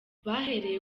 bahereye